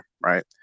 right